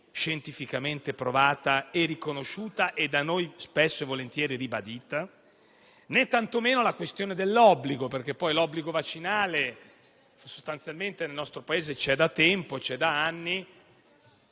scientificamente provata e riconosciuta e da noi spesso e volentieri ribadita, né tantomeno la questione dell'obbligo, perché poi l'obbligo vaccinale, sostanzialmente, nel nostro Paese c'è da anni.